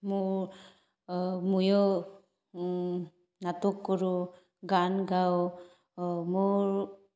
মোৰ ময়ো নাটক কৰোঁ গান গাওঁ মোৰ